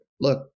look